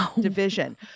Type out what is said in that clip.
division